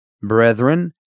Brethren